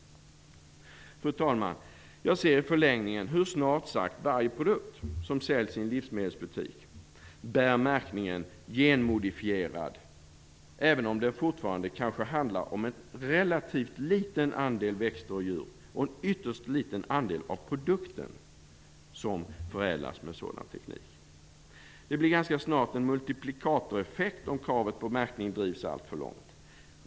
Fru talman! Jag ser i förlängningen hur snart sagt varje produkt som säljs i en livsmedelsbutik bär märkningen "genmodifierad", även om det fortfarande kanske handlar om en relativt liten andel växter och djur och en ytterst liten andel av produkten som förädlats med sådan teknik. Det blir ganska snart en multiplikatoreffekt om kravet på märkning drivs alltför långt.